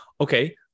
Okay